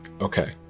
Okay